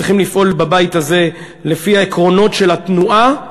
צריכים לפעול בבית הזה לפי העקרונות של התנועה,